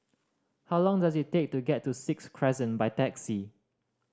how long does it take to get to Sixth Crescent by taxi